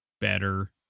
better